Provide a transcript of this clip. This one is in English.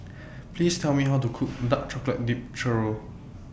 Please Tell Me How to Cook Dark Chocolate Dipped Churro